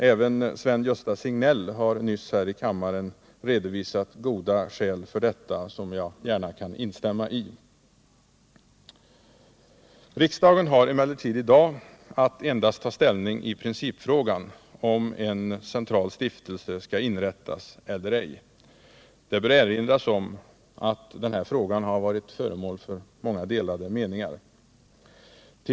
Även Sven-Gösta Signell har nyss här i kammaren redovisat goda skäl för detta som jag gärna kan instämma i. Riksdagen har emellertid i dag att ta ställning endast i principfrågan — om en central stiftelse skall inrättas eller ej. Det bör erinras om att det varit mycket delade meningar om detta.